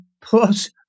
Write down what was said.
plus